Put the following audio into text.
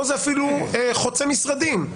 פה זה אפילו חוצה משרדים.